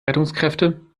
rettungskräfte